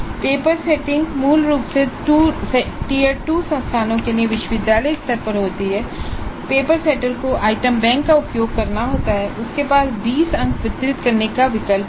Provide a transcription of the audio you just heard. paper setting मूल रूप से टियर 2 संस्थानों के लिए विश्वविद्यालय स्तर पर होती है और पेपर सेटर को आइटम बैंक का उपयोग करना होता है और उसके पास 20 अंक वितरित करने का विकल्प होता है